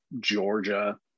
Georgia